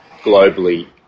globally